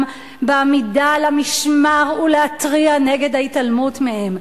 בעמידה על המשמר ולהתריע נגד ההתעלמות מהן.